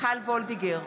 מיכל וולדיגר,